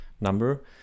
number